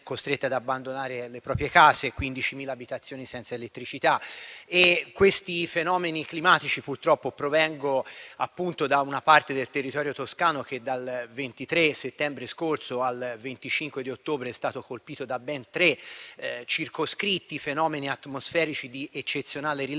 costrette ad abbandonare le proprie case, 15.000 abitazioni senza elettricità. Provengo da una parte del territorio toscano che dal 23 settembre al 25 ottobre scorsi, è stato colpito da ben tre circoscritti fenomeni atmosferici di eccezionale rilevanza